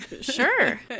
sure